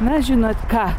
na žinot ką